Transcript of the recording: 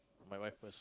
my wife first